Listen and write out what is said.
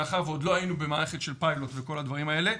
מאחר שעוד לא היינו במערכת של פיילוט וכל הדברים האלה,